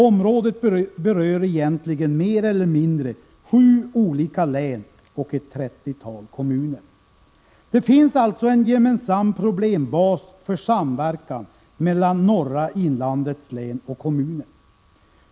Området berör egentligen sju olika län och mer eller mindre ett trettiotal kommuner. Det finns alltså en gemensam problembas för samverkan mellan norra inlandets län och kommuner.